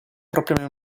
propria